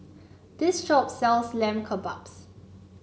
this shop sells Lamb Kebabs